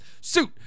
Suit